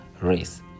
race